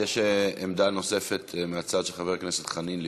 יש עמדה נוספת מהצד של חבר הכנסת חנין,